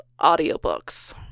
audiobooks